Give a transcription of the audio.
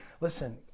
Listen